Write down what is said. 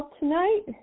tonight